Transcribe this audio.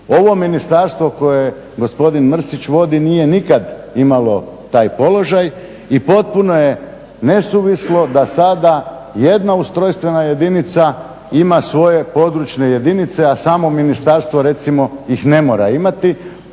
Ovo ministarstvo koje gospodin Mrsić vodi nije nikad imalo taj položaj i potpuno je nesuvislo da sada jedna ustrojstvena jedinica ima svoje područne jedinice, a samo ministarstvo recimo ih ne mora imati.